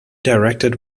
directed